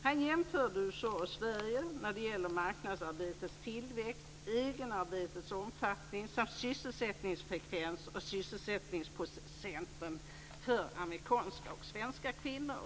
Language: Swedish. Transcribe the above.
Han jämförde USA och Sverige när det gäller marknadsarbetets tillväxt, egenarbetets omfattning samt sysselsättningsfrekvens och sysselsättningsprocenten för amerikanska och svenska kvinnor.